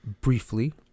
briefly